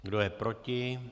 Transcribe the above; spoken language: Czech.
Kdo je proti?